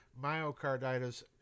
myocarditis